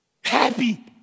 happy